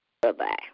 bye-bye